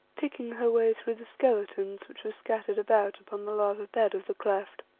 picking her way through the skeletons which were scattered about upon the lava bed of the cleft.